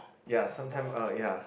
ya sometime uh ya